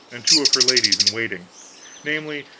and two of her ladies in waiting namely,